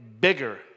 bigger